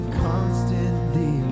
constantly